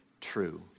true